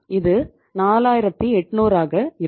இது 4800 ஆக இருக்கும்